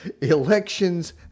Elections